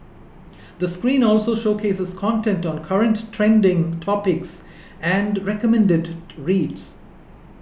the screen also showcases content on current trending topics and recommended reads